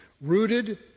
rooted